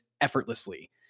effortlessly